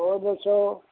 ਹੋਰ ਦੱਸੋ